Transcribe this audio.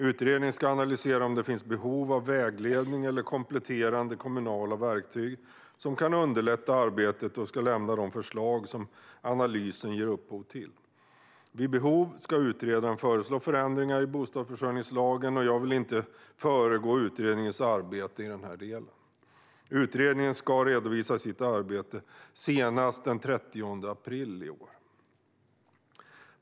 Utredningen ska analysera om det finns behov av vägledning eller kompletterande kommunala verktyg som kan underlätta arbetet och ska lämna de förslag som analysen ger upphov till. Vid behov ska utredaren föreslå förändringar i bostadsförsörjningslagen. Jag vill inte föregå utredningens arbete i denna del. Utredningen ska redovisa sitt arbete senast den 30 april i år.